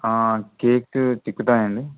cake తిక్కుతాయండి